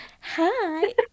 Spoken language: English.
Hi